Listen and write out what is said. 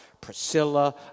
Priscilla